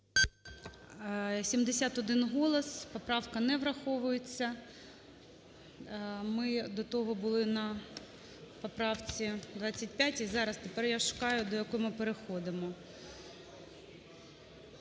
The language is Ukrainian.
Поправка не враховується. Ми до того були на поправці 25, зараз тепер я шукаю до якої ми переходимо.